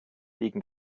wegen